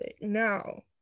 No